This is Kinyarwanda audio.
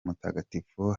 mutagatifu